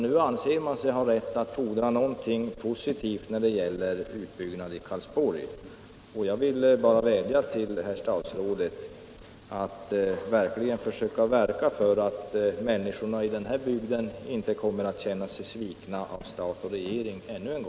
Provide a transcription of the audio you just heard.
Nu anser människorna där uppe att de kan fordra att något görs när det gäller utbyggnaden av Karlsborg. Därför vill jag vädja till herr statsrådet att försöka verka på sådant sätt att människorna i denna bygd inte ännu en gång känner sig svikna av stat och regering.